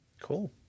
Cool